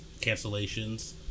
cancellations